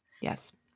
Yes